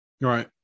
Right